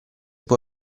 può